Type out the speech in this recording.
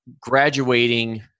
graduating